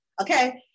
Okay